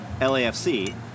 LAFC